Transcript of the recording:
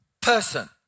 person